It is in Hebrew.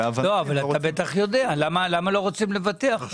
אתה בטח יודע למה לא רוצים לבטח.